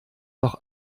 doch